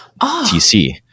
TC